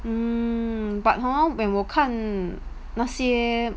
mm but hor when 我看那些